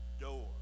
door